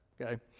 Okay